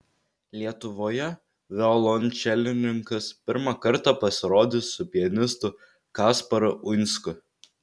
lietuvoje violončelininkas pirmą kartą pasirodys su pianistu kasparu uinsku